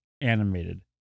animated